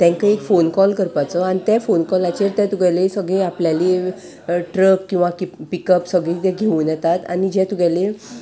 तांकां एक phone call करपाचो आनी ते फोन कॉलाचेर ते तुगेले सगळी आपल्याली ट्रक किंवां पिकअप सगळी ते घेवन येतात आनी जे तुगेले